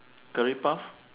curry puff